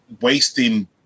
wasting